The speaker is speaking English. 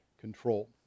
control